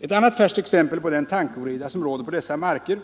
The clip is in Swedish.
Ett annat färskt exempel på den tankeoreda som råder på dessa marker,